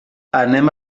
anem